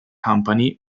company